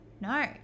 No